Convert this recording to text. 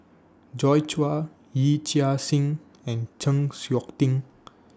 Joi Chua Yee Chia Hsing and Chng Seok Tin